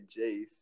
Jace